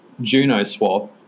JunoSwap